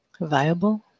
Viable